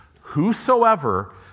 whosoever